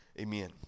amen